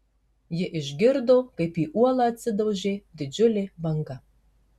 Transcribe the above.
ji išgirdo kaip į uolą atsidaužė didžiulė banga